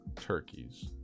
turkeys